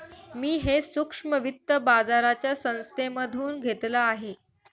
मी हे सूक्ष्म वित्त बाजाराच्या संस्थेमधून घेतलं आहे